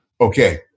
Okay